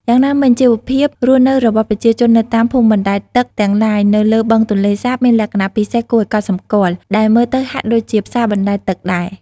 យ៉ាងណាមិញ ជីវភាពរស់នៅរបស់ប្រជាជននៅតាមភូមិបណ្ដែតទឹកទាំងឡាយនៅលើបឹងទន្លេសាបមានលក្ខណៈពិសេសគួរឲ្យកត់សម្គាល់ ដែលមើលទៅហាក់ដូចជាផ្សារបណ្ដែតទឹកដែរ។